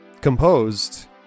Composed